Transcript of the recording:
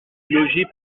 logis